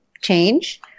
change